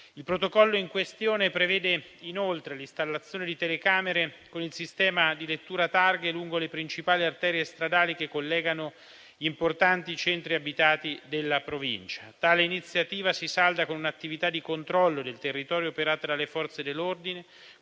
Il protocollo in questione prevede inoltre l'installazione di telecamere con il sistema di lettura targhe lungo le principali arterie stradali che collegano importanti centri abitati della provincia. Tale iniziativa si salda con un'attività di controllo del territorio operata dalle Forze dell'ordine